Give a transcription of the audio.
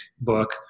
book